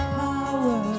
power